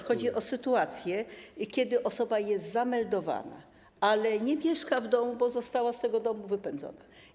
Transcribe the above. Chodzi o sytuację, kiedy osoba jest zameldowana, ale nie mieszka w domu, bo została z tego domu wypędzona.